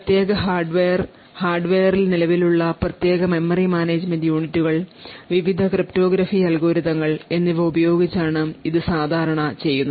പ്രത്യേക ഹാർഡ്വെയർ ഹാർഡ്വെയറിൽ നിലവിലുള്ള പ്രത്യേക മെമ്മറി മാനേജുമെന്റ് യൂണിറ്റുകൾ വിവിധ ക്രിപ്റ്റോഗ്രഫി അൽഗോരിതങ്ങൾ എന്നിവ ഉപയോഗിച്ചാണ് ഇത് സാധാരണ ചെയ്യുന്നത്